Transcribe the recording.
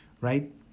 right